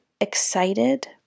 excited